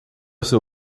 seu